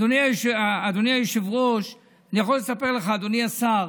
אדוני היושב-ראש, אני יכול לספר לך, אדוני השר.